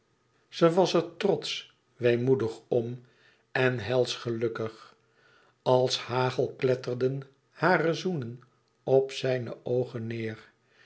ze was er trots weemoedig om en helsch gelukkig als hagel kletterden hare zoenen op zijne oogen neêr